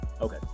okay